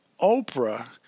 Oprah